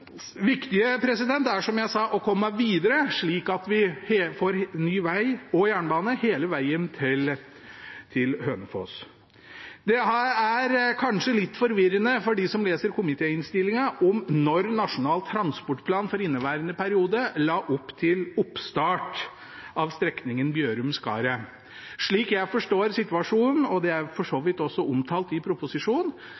viktige er å komme videre, slik at vi får ny veg og jernbane hele vegen til Hønefoss. Det er kanskje litt forvirrende for dem som leser komitéinnstillingen, om når Nasjonal transportplan for inneværende periode la opp til oppstart av strekningen Bjørum–Skaret. Slik jeg forstår situasjonen, og det er for så